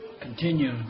continue